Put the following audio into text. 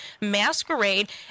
Masquerade